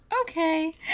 Okay